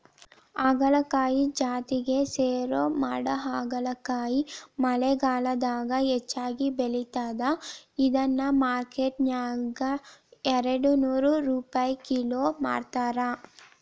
ಹಾಗಲಕಾಯಿ ಜಾತಿಗೆ ಸೇರೋ ಮಾಡಹಾಗಲಕಾಯಿ ಮಳೆಗಾಲದಾಗ ಹೆಚ್ಚಾಗಿ ಬೆಳಿತದ, ಇದನ್ನ ಮಾರ್ಕೆಟ್ನ್ಯಾಗ ಎರಡನೂರ್ ರುಪೈ ಕಿಲೋ ಮಾರ್ತಾರ